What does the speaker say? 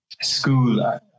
school